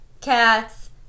cats